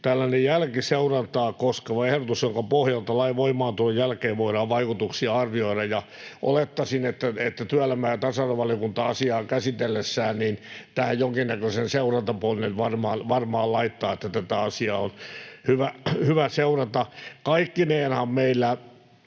tällainen jälkiseurantaa koskeva ehdotus, jonka pohjalta lain voimaantulon jälkeen voidaan vaikutuksia arvioida. Olettaisin, että työelämä- ja tasa-arvovaliokunta asiaa käsitellessään tähän jonkinnäköisen seurantaponnen varmaan laittaa, että tätä asiaa on hyvä seurata. Kaikkineenhan meillä